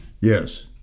Yes